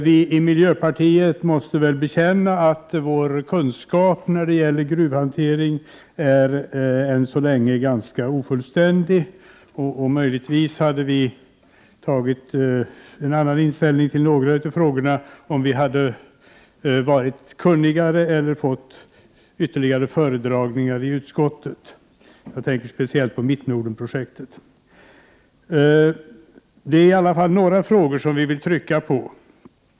Vi i miljöpartiet måste väl bekänna att vår kunskap om gruvhanteringen än så länge är ganska ofullständig. Möjligtvis hade vi kommit att inta en annan ståndpunkt i några av dessa frågor, om vi hade varit kunnigare eller fått ytterligare föredragningar i utskottet. Jag tänker speciellt på Mittnordenprojektet. Det är i alla fall några frågor som vi vill trycka på.